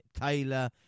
Taylor